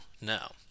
now